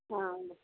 అవును